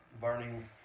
burning